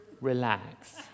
Relax